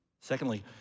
Secondly